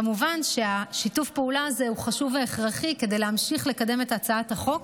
כמובן ששיתוף הפעולה הזה הוא חשוב והכרחי כדי להמשיך לקדם את הצעת החוק